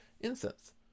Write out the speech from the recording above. incense